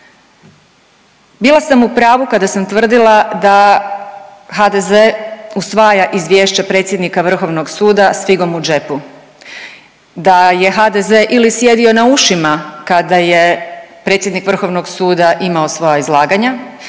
Bila sam u pravu kada sam tvrdila da HDZ usvaja izvješća predsjednika vrhovnog suda s figom u džepu, da je HDZ ili sjedio na ušima kada je predsjednik vrhovnog suda imao svoja izlaganja